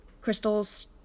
Crystal's